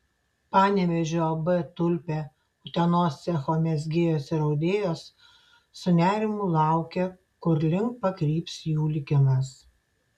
panevėžio ab tulpė utenos cecho mezgėjos ir audėjos su nerimu laukė kurlink pakryps jų likimas